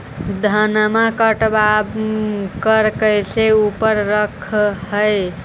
धनमा कटबाकार कैसे उकरा रख हू?